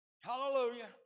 Hallelujah